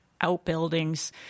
outbuildings